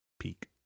peak